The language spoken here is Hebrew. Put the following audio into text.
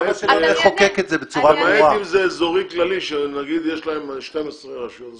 למעט אם זה אזורי כללי שיש להן 12 רשויות.